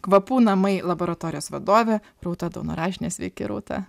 kvapų namai laboratorijos vadove rūta daunoravičiene sveiki rūta